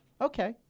Okay